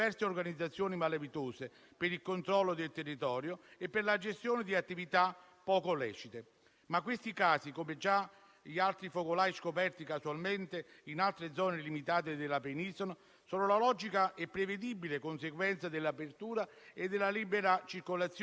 l'importante è essere pronti a riconoscerli e a circoscriverli nelle loro dimensioni e nelle loro capacità di contagio. Un fatto molto importante e da sottolineare, però, è che questi nuovi focolai sono nella stragrande maggioranza dei casi legati a soggetti asintomatici